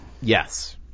Yes